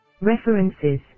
References